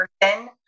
person